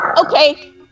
Okay